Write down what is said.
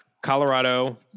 Colorado